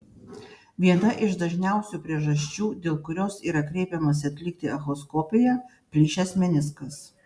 viena iš dažniausių priežasčių dėl kurios yra kreipiamasi atlikti echoskopiją plyšęs meniskas